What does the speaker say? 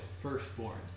firstborn